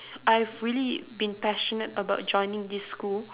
I have really been passionate about joining this school